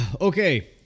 Okay